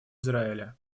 израиля